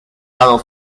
dado